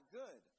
good